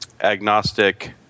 agnostic